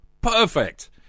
Perfect